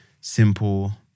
simple